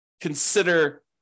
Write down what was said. consider